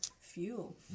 fuel